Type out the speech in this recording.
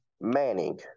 Manning